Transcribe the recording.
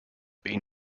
been